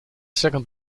second